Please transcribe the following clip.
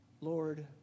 Lord